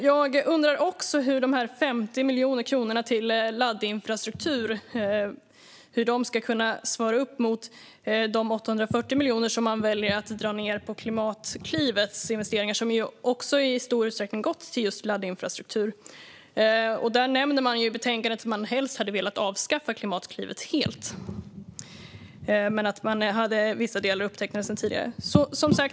Jag undrar också hur de 50 miljoner kronorna till laddinfrastruktur ska kunna svara upp mot de 840 miljoner som man väljer att dra ned Klimatklivets investeringar med och som i stor utsträckning har gått till just laddinfrastruktur. I betänkandet nämns att man helst hade velat avskaffa Klimatklivet helt men att man hade vissa delar upptecknade sedan tidigare.